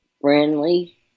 Friendly